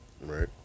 Right